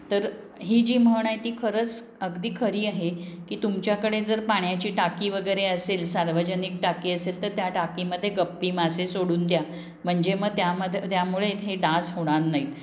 तर ही जी म्हण आहे ती खरंच अगदी खरी आहे की तुमच्याकडे जर पाण्याची टाकी वगैरे असेल सार्वजनिक टाकी असेल तर त्या टाकीमध्ये गप्पी मासे सोडून द्या म्हणजे मग त्यामध्ये त्यामुळे इथे डास होणार नाहीत